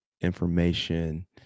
information